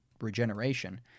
regeneration